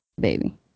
baby